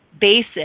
basic